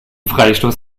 freistoß